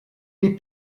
les